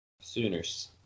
Sooners